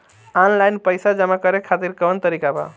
Online पइसा जमा करे खातिर कवन तरीका बा?